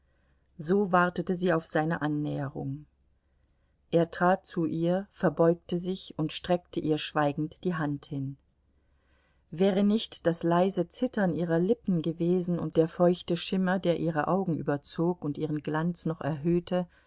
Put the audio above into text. so wartete sie auf seine annäherung er trat zu ihr verbeugte sich und streckte ihr schweigend die hand hin wäre nicht das leise zittern ihrer lippen gewesen und der feuchte schimmer der ihre augen überzog und ihren glanz noch erhöhte